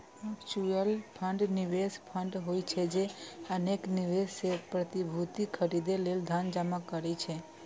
mutual fund निवेश fund होइ छै, जे अनेक निवेशक सं प्रतिभूति खरीदै लेल धन जमा करै छै